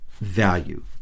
value